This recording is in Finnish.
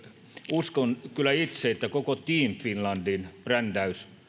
uskon kyllä itse että koko team finlandin brändäys